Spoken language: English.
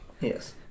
Yes